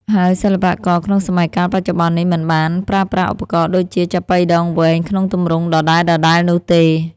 ហើយសិល្បករក្នុងសម័យកាលបច្ចុប្បន្ននេះ មិនបានប្រើប្រាស់ឧបករណ៍ដូចជា ចាប៉ីដងវែង ក្នុងទម្រង់ដដែលៗនោះទេ។